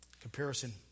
Comparison